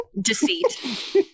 deceit